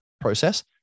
process